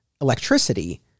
electricity